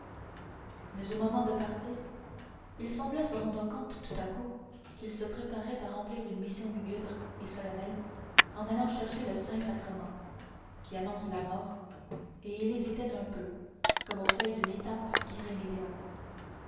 mais au moment de partir il semblait se rendre compte tout à coup qu'il se préparait à remplir une mission lugubre et solennelle en allant chercher le saint-sacrement qui annonce la mort et il hésitait un peu comme au seuil d'une étape irrémédiable